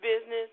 business